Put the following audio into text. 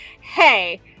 Hey